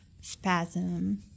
spasm